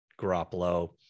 Garoppolo